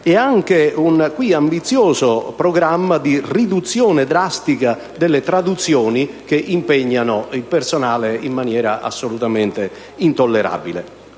nonché di un ambizioso programma di riduzione drastica delle traduzioni, che impegnano il personale in maniera assolutamente intollerabile.